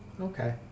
Okay